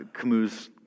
Camus